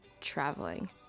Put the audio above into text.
traveling